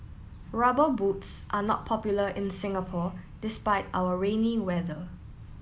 rubber boots are not popular in Singapore despite our rainy weather